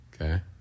okay